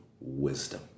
wisdom